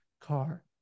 car